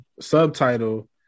subtitle